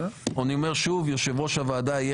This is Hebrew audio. אני אומר שוב: יושב-ראש הוועדה יהיה